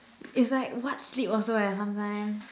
it's like what sleep also leh sometimes